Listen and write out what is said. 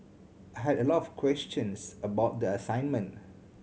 I had a lot of questions about the assignment